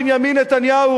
בנימין נתניהו,